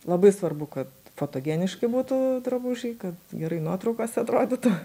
labai svarbu kad fotogeniški būtų drabužiai kad gerai nuotraukose atrodytų